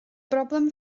broblem